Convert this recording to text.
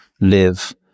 live